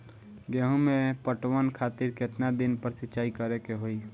गेहूं में पटवन खातिर केतना दिन पर सिंचाई करें के होई?